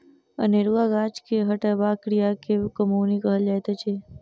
अनेरुआ गाछ के हटयबाक क्रिया के कमौनी कहल जाइत अछि